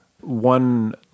One